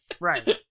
Right